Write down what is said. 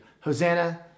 Hosanna